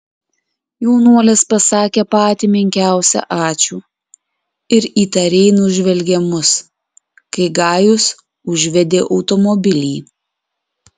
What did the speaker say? jaunuolis pasakė patį menkiausią ačiū ir įtariai nužvelgė mus kai gajus užvedė automobilį